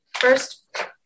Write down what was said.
first